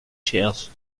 chairs